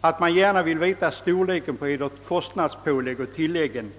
att »man gärna vill veta storleken på Edert omkostnadspålägg och tilläggen».